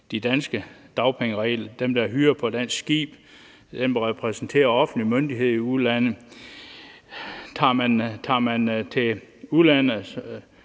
de danske dagpengeregler – dem, der havde hyre på et dansk skib, dem, der repræsenterede en offentlig myndighed i udlandet. Tog man til udlandet